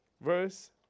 Verse